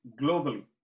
globally